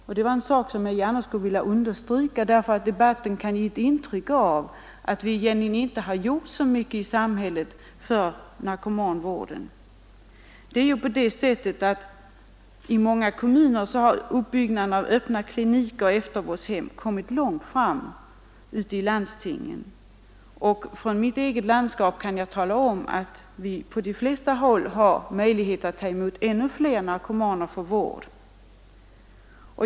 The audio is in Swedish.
Detta var något som jag gärna vill understryka, eftersom debatten kan ha givit ett intryck av att samhället egentligen inte gjort så mycket för narkomanvården. I många landsting har uppbyggnaden av öppna kliniker och eftervård fortskridit långt. Och från mitt eget landskap kan jag tala om att vi på de flesta håll har möjlighet att ta emot ännu fler narkomaner för vård.